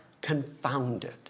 confounded